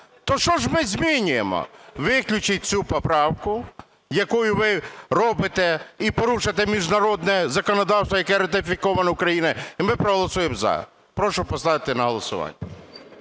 то що ж ми змінюємо? Виключіть цю поправку, якою ви робите і порушуєте міжнародне законодавство, яке ратифіковане Україною, і ми проголосуємо "за". Прошу поставити на голосування.